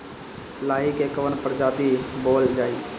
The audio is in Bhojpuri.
लाही की कवन प्रजाति बोअल जाई?